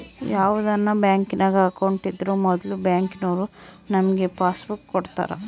ಯಾವುದನ ಬ್ಯಾಂಕಿನಾಗ ಅಕೌಂಟ್ ಇದ್ರೂ ಮೊದ್ಲು ಬ್ಯಾಂಕಿನೋರು ನಮಿಗೆ ಪಾಸ್ಬುಕ್ ಕೊಡ್ತಾರ